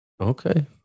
okay